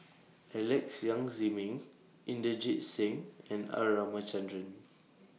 Alex Yam Ziming Inderjit Singh and R Ramachandran